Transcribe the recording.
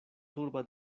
turba